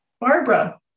Barbara